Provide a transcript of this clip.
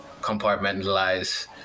compartmentalize